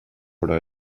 però